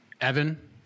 Evan